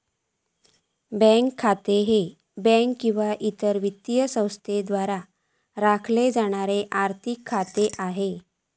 bank खाता ह्या bank किंवा इतर वित्तीय संस्थेद्वारा राखलो जाणारो आर्थिक खाता असता